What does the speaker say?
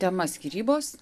tema skyrybos